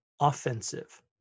offensive